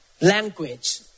language